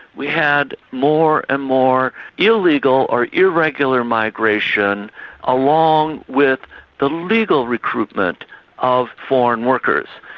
we had more and more illegal or irregular migration along with the legal recruitment of foreign workers.